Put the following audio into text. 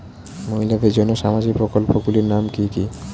মহিলাদের জন্য সামাজিক প্রকল্প গুলির নাম কি কি?